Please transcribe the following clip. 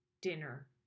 dinner